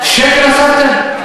שקל הוספתם?